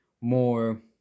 more